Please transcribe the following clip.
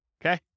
Okay